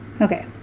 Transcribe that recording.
okay